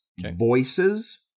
Voices